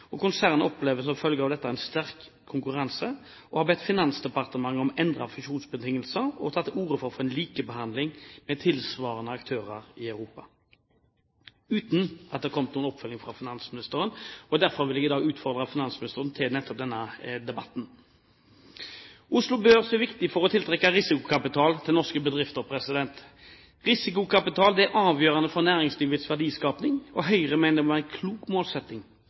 opplever som følge av dette en sterk konkurranse og har bedt Finansdepartementet om endrede fusjonsbetingelser og tatt til orde for å få en likebehandling med tilsvarende aktører i Europa – dette uten at det har kommet noen oppfølging fra finansministeren. Derfor vil jeg i dag utfordre finansministeren til nettopp denne debatten. Oslo Børs er viktig for å tiltrekke risikokapital til norske bedrifter. Risikokapital er avgjørende for næringslivets verdiskaping, og Høyre mener det må være en klok målsetting